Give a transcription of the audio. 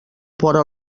vora